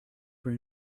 were